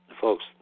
Folks